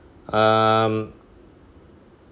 um